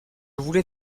voulais